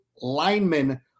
linemen